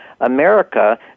America